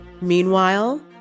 meanwhile